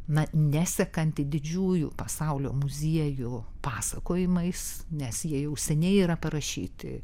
na nesekantį didžiųjų pasaulio muziejų pasakojimais nes jie jau seniai yra parašyti